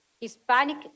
Hispanic